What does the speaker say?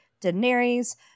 Daenerys